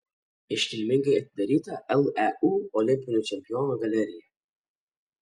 iškilmingai atidaryta leu olimpinių čempionų galerija